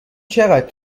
چقدر